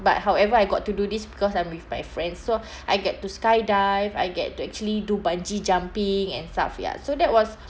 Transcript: but however I got to do this because I'm with my friend so I get to skydive I get to actually do bungee jumping and stuff ya so that was